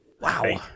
Wow